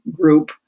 group